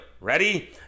Ready